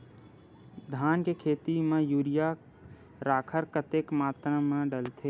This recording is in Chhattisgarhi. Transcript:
धान के खेती म यूरिया राखर कतेक मात्रा म डलथे?